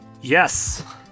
Yes